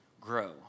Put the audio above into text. grow